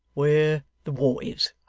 where the war is